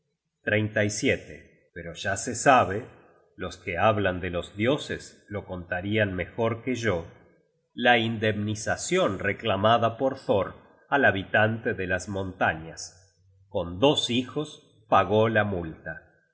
pero ya se sabe los que hablan de los dioses lo contarian mejor que yo la indemnizacion reclamada por thor al habitante de las montañas con dos hijos pagó la multa